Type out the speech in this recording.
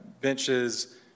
benches